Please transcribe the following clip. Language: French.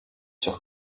sur